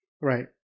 right